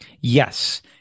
Yes